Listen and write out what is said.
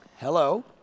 Hello